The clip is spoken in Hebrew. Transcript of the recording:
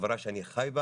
החברה שאני חי בה